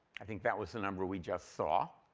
i think that was the number we just saw.